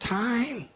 time